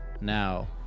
now